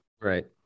right